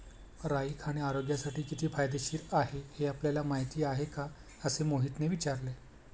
राई खाणे आरोग्यासाठी किती फायदेशीर आहे हे आपल्याला माहिती आहे का? असे मोहितने विचारले